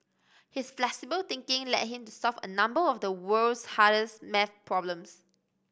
his flexible thinking led him to solve a number of the world's hardest math problems